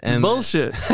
Bullshit